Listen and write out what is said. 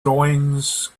drawings